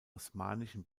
osmanischen